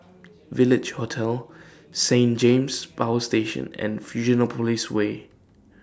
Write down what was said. Village Hotel Saint James Power Station and Fusionopolis Way